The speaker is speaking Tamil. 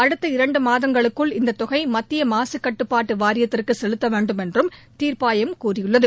அடுத்த இரண்டு மாதங்களுக்குள் இந்த தொகை மத்திய மாசுக்கட்டுப்பாட்டு வாரியத்துக்கு செலுத்த வேண்டும் என்றும் தீர்ப்பாயம் கூறியுள்ளது